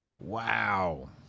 Wow